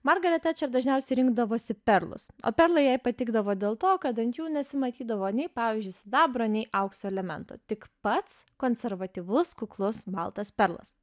margaret tečer dažniausiai rinkdavosi perlus o perlai jai patikdavo dėl to kad ant jų nesimatydavo nei pavyzdžiui sidabro nei aukso elemento tik pats konservatyvus kuklus baltas perlas